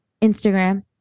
Instagram